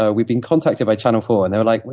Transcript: ah we'd been contacted by channel four and they were like,